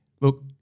Look